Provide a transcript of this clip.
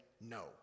no